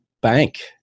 bank